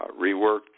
reworked